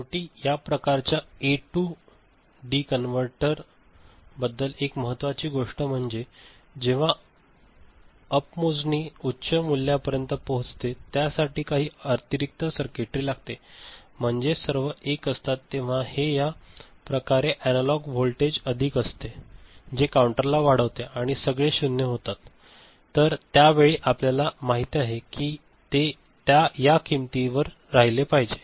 शेवटी या प्रकारच्या ए टू कन्व्हर्टर बद्दल एक महत्वाची गोष्ट म्हणजे जेव्हा अप मोजणी उच्च मूल्यापर्यंत पोहोचते त्यासाठी काही अतिरिक्त सर्किटरी लागते म्हणजे सर्व 1 असतात तेव्हा हे या प्रकारे एनालॉग व्होल्टेज अधिक असते जे काउंटर ला वाढवते आणि सगळे 0 होतात तर त्या वेळी हे आपल्याला माहित नाही ते त्या किंमतीवरच राहिले पाहिजे